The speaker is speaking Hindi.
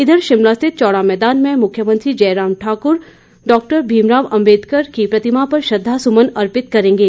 इधर शिमला स्थित चौड़ा मैदान में मुख्यमंत्री जयराम ठाकुर डॉक्टर भीम राव अंबेडकर की प्रतिमा पर श्रद्वासुमन अर्पित करेंगे